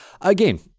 again